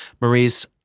Marie's